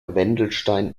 wendelstein